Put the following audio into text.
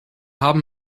haben